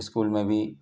school میں بھی